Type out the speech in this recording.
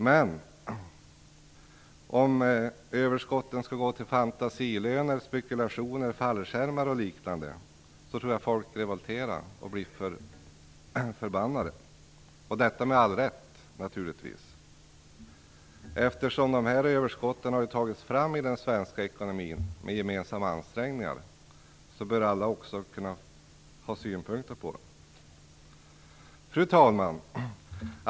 Men om överskotten går till fantasilöner, spekulationer, fallskärmar och liknande tror jag att folk revolterar och blir förbannade - och det med all rätt, naturligtvis. Eftersom överskotten har tagits fram i den svenska ekonomin med gemensamma ansträngningar bör också alla kunna ha synpunkter på dem. Fru talman!